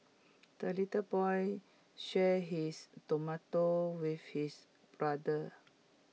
the little boy shared his tomato with his brother